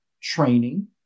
training